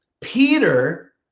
Peter